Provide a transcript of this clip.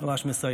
אני ממש מסיים.